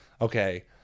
okay